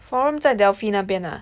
Forum 在: Delphi 那边啊